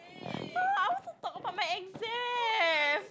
I want to talk about my exam